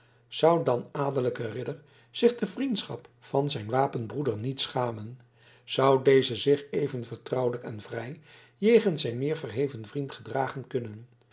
zou dan adellijke ridder zich de vriendschap van zijn wapenbroeder niet schamen zou deze zich even vertrouwelijk en vrij jegens zijn meer verheven vriend gedragen kunnen